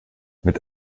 mit